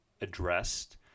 addressed